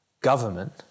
government